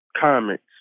comments